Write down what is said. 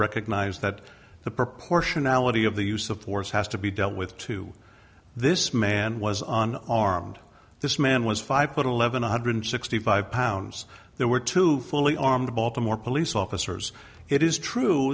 recognized that the proportionality of the use of force has to be dealt with to this man was on armed this man was five foot eleven one hundred sixty five pounds there were two fully armed baltimore police officers it is true